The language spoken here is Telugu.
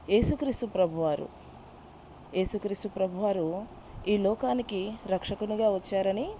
ఏసుక్రీస్తు ప్రభువారు ఏసుక్రీస్తు ప్రభువారూ ఈ లోకానికి రక్షకునిగా వచ్చారని